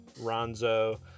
ronzo